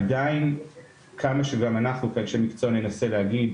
עדיין כמה שגם אנחנו כאנשי מקצוע ננסה להגיד,